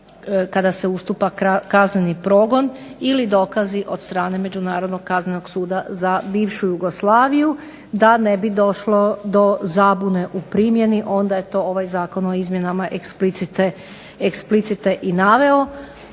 kada se ustupa kazneni progon ili dokazi od strane Međunarodnog kaznenog suda za bivšu Jugoslaviju da ne bi došlo do zabune o primjeni, onda je to ovaj Zakon o izmjenama eksplicite i naveo.